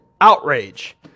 outrage